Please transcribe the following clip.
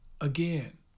again